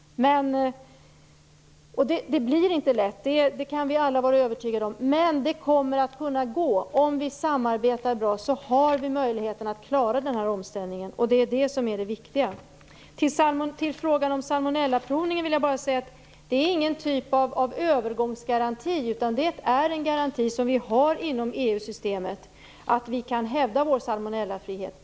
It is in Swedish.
Att det inte blir lätt kan vi alla vara övertygade om, men det kommer att gå. Om vi samarbetar bra har vi möjlighet att klara denna omställning, vilket är det viktiga. I frågan om salmonellaprovningen vill jag bara säga att det inte är någon typ av övergångsgaranti, utan det är en garanti som vi har inom EU-systemet att vi kan hävda vår salmonellafrihet.